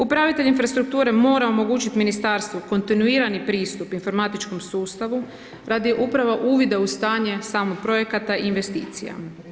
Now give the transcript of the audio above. Upravitelji infrastrukture mora omogućiti ministarstvu kontinuirani pristup informatičkom sustavu radi upravo uvida u stanje projekata i investicija.